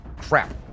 crap